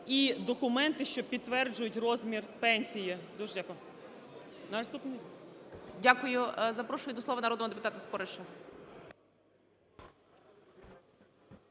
і документи, що підтверджують розмір пенсії. Дуже дякую. ГОЛОВУЮЧИЙ. Дякую. Запрошую до слова народного депутата Спориша.